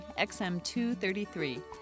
XM233